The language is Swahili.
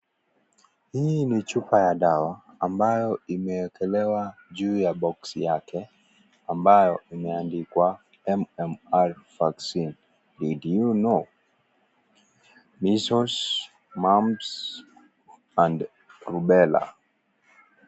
Hii ni chupa ya dawa ambayo imewekewa juu ya boksi yake Ambayo imeandikwa MMR Vaccine (CS)did you know measles mumps and rubella ? (CS)